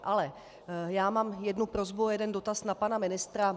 Ale já mám jednu prosbu a jeden dotaz na pana ministra.